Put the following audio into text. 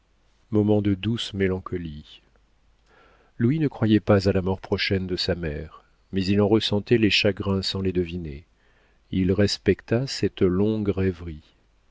moment de douce mélancolie louis ne croyait pas à la mort prochaine de sa mère mais il en ressentait les chagrins sans les deviner il respecta cette longue rêverie